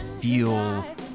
feel